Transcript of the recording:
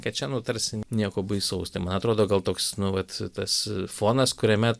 kad čia nu tarsi nieko baisaus tai man atrodo gal toks nu vat tas fonas kuriame